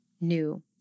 new